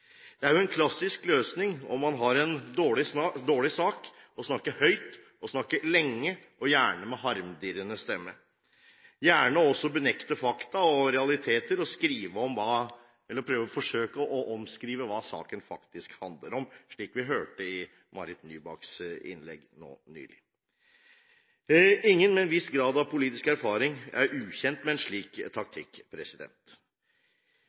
Det er jo en klassisk løsning om man har en dårlig sak, å snakke høyt og lenge og gjerne med harmdirrende stemme, gjerne også å benekte fakta og realiteter og å forsøke å omskrive hva saken faktisk handler om, slik vi hørte i Marit Nybakks innlegg nå nylig. Ingen med en viss grad av politisk erfaring er ukjent med en slik